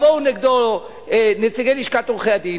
ויבואו נגדו נציגי לשכת עורכי-הדין,